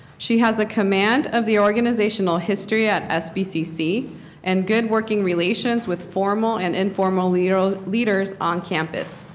she has the command of the organizational history at sbcc and good working relations with formal and informal leaders leaders on campus.